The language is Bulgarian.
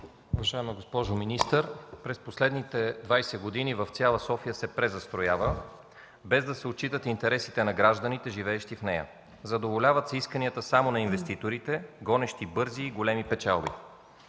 Уважаема госпожо министър, през последните 20 години в цяла София се презастроява, без да се отчитат интересите на гражданите, живеещи в нея. Задоволяват се исканията само на инвеститорите, гонещи бързи и големи печалби.